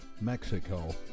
Mexico